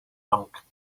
monk